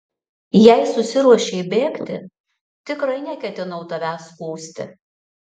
jei susiruošei bėgti tikrai neketinau tavęs skųsti